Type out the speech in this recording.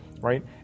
right